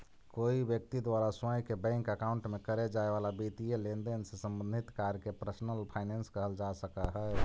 कोई व्यक्ति द्वारा स्वयं के बैंक अकाउंट में करे जाए वाला वित्तीय लेनदेन से संबंधित कार्य के पर्सनल फाइनेंस कहल जा सकऽ हइ